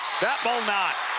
that ball not.